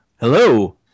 Hello